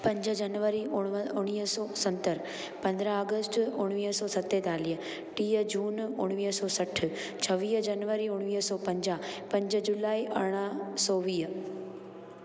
पंज जनवरी उण उणिवीह सौ सतरि पंद्रहां अगस्त उणिवीह सौ सतेतालीह टीह जून उणिवीह सौ सठि छवीह जनवरी उणिवीह सौ पंजाह पंज जूलाई अरड़हां सौ वीह